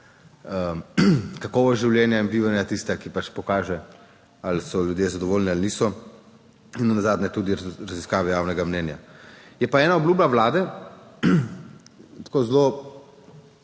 kakovost življenja in bivanja je tista, ki pač pokaže ali so ljudje zadovoljni ali niso in nenazadnje tudi raziskave javnega mnenja. Je pa ena obljuba vlade tako zelo